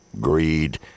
Greed